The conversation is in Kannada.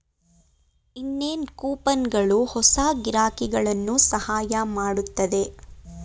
ಇನ್ನೇನ್ ಕೂಪನ್ಗಳು ಹೊಸ ಗಿರಾಕಿಗಳನ್ನು ಸಹಾಯ ಮಾಡುತ್ತದೆ